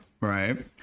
Right